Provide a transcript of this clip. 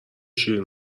شیرین